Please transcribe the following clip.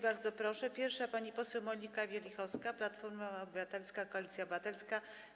Bardzo proszę, pierwsza pani poseł Monika Wielichowska, Platforma Obywatelska - Koalicja Obywatelska.